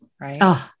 Right